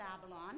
Babylon